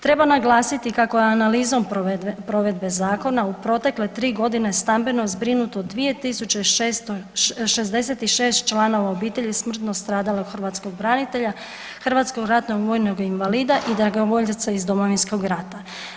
Treba naglasiti kako je analizom provedbe zakona u protekle 3 g. stambeno zbrinuto 2 066 članova obitelji smrtno stradala hrvatskog branitelja, hrvatskog ratnog vojnog invalida i dragovoljaca iz Domovinskog rata.